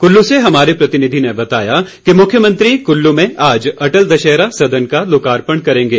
कुल्लू से हमारे प्रतिनिधि ने बताया कि मुख्यमंत्री कुल्लू में आज अटल दशहरा सदन का लोकार्पण करेंगे